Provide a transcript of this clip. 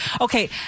Okay